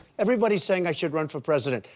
everybody's saying i should run for president.